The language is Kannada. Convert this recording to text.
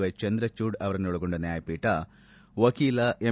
ವ್ನೆ ಚಂದ್ರಚೂಡ್ ಅವರನ್ನೊಳಗೊಂಡ ನ್ನಾಯಪೀಠ ವಕೀಲ ಎಂ